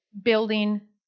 building